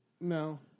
No